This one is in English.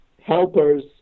helpers